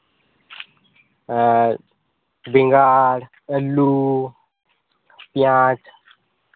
ᱮᱸᱜ ᱵᱮᱸᱜᱟᱲ ᱟᱹᱞᱩ ᱯᱮᱸᱭᱟᱡᱽ